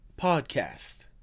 Podcast